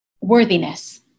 worthiness